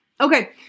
Okay